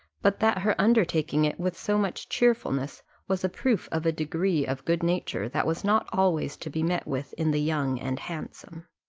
but that her undertaking it with so much cheerfulness was a proof of a degree of good-nature that was not always to be met with in the young and handsome.